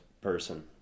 person